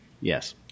Yes